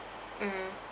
mm